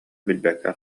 билбэккэ